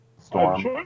Storm